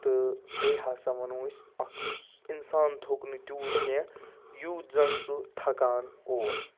تہٕ بیٚیہِ ہَسا وَنو أسۍ اَکھ سُہ اِنسان تھوٚک نہٕ تیوٗت کینٛہہ یوٗت زَن سُہ تھکان اوس